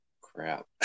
Crap